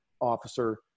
officer